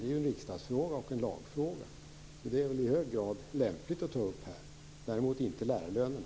Det är ju en riksdagsfråga och en lagfråga, så det är i hög grad lämpligt att ta upp den här. Lärarlönerna är däremot inte en sådan fråga.